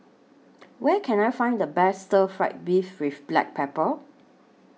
Where Can I Find The Best Stir Fried Beef with Black Pepper